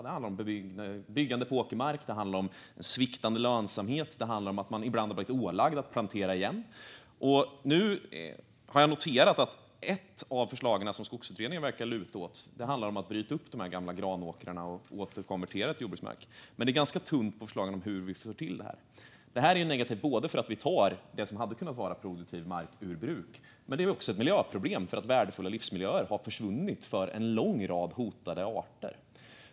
Det handlar om byggande på åkermark, sviktande lönsamhet och att man ibland har varit ålagd att plantera igen. Nu har jag noterat att ett av de förslag som Skogsutredningen verkar luta åt handlar om att bryta upp de här gamla granåkrarna och återkonvertera dem till jordbruksmark. Men det är ganska tunt med förslag om hur vi får till det här. Detta är negativt både för att vi tar det som hade kunnat vara produktiv mark ur bruk och för att det är ett miljöproblem i och med att värdefulla livsmiljöer har försvunnit för en lång rad hotade arter.